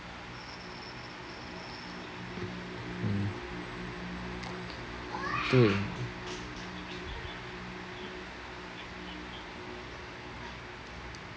mm doing